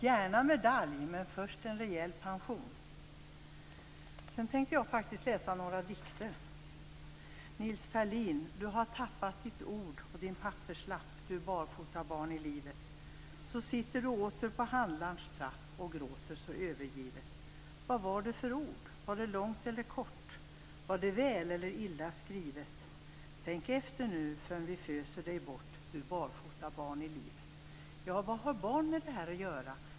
Gärna medalj, men först en rejäl pension! Jag tänkte faktiskt läsa några dikter. Du har tappat ditt ord och din papperslapp, du barfotabarn i livet. Så sitter du åter på handlarns trapp och gråter så övergivet. Vad var det för ord - var det långt eller kort, var det väl eller illa skrivet? Tänk efter nu - förrn vi föser dej bort, du barfotabarn i livet. Vad har barn med det här att göra?